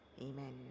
amen